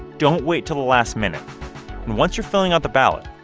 don't wait till the last minute. and once you're filling out the ballot,